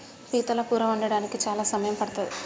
పీతల కూర వండడానికి చాలా సమయం పడ్తది